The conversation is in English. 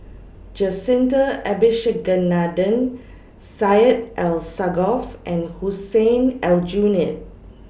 Jacintha Abisheganaden Syed Alsagoff and Hussein Aljunied